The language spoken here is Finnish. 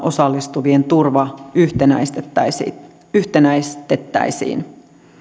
osallistuvien turva yhtenäistettäisiin yhtenäistettäisiin